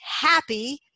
happy